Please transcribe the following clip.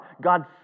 God